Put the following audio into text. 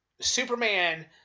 superman